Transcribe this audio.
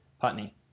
Putney